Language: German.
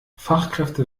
fachkräfte